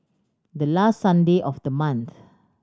the last Sunday of the month